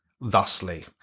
Thusly